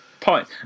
point